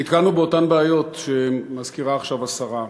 שהיה אז, ונתקלנו באותן בעיות שמזכירה עכשיו השרה.